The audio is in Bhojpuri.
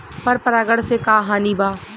पर परागण से का हानि बा?